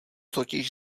totiž